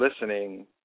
listening